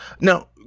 Now